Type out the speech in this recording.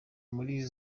muri